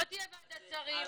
לא תהיה ועדת שרים,